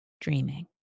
dreaming